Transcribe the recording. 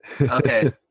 Okay